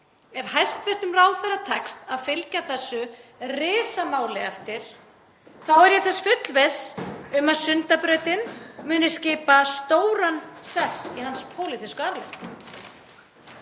ef hæstv. ráðherra tekst að fylgja þessu risamáli eftir, þá er ég þess fullviss um að Sundabrautin muni skipa stóran sess í hans pólitísku